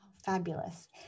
fabulous